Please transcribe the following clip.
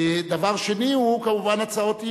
הדבר השני הוא כמובן הצעות אי-אמון.